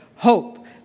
Hope